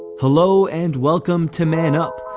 hello and welcome to man up,